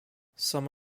some